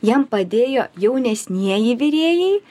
jiem padėjo jaunesnieji virėjai